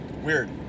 Weird